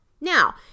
Now